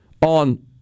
on